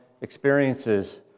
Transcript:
experiences